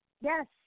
Yes